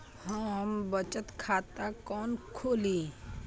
हम बचत खाता कोन खोली?